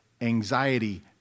anxiety